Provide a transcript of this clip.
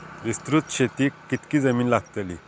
विस्तृत शेतीक कितकी जमीन लागतली?